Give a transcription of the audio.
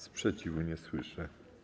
Sprzeciwu nie słyszę.